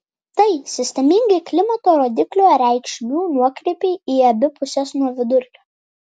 tai sistemingi klimato rodiklio reikšmių nuokrypiai į abi puses nuo vidurkio